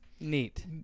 Neat